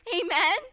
Amen